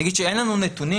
אני אגיד שאין לנו נתונים,